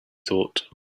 thought